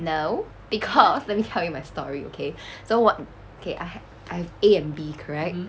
no because let me tell you my story okay so what okay I have I've A and B correct